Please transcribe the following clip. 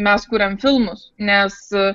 mes kuriam filmus nes